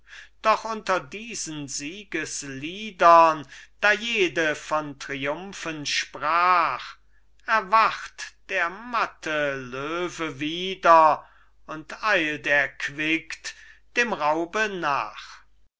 doch unter diesen siegesliedern da jede von triumphen sprach erwacht der matte löwe wieder und eilt erquickt dem raube nach